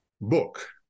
book